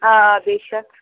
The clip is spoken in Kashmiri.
آ آ بے شَک